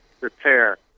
repair